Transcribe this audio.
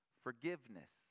forgiveness